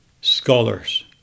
scholars